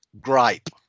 gripe